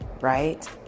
right